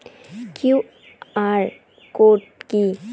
QR code কি?